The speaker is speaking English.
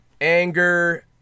anger